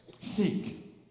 Seek